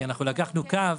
זה כי לקחנו קו